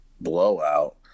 blowout